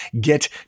get